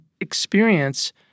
experience